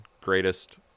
greatest